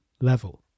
level